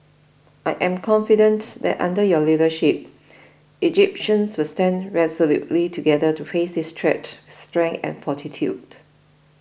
I am confident that under your leadership Egyptians will stand resolutely together to face this threat strength and fortitude